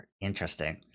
interesting